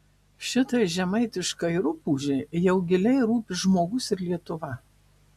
šitai žemaitiškai rupūžei jau giliai rūpi žmogus ir lietuva